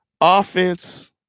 Offense